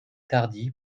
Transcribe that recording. tardy